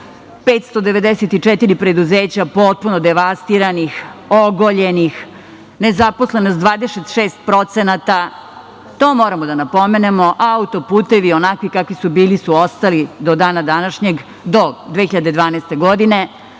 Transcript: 594 preduzeća potpuno devastiranih, ogoljenih, nezaposlenost 26%, to moramo da napomenemo, auto-putevi onakvi kakvi su bili su ostali do dana današnjeg, do 2012. godine.